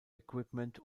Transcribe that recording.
equipment